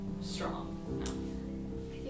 strong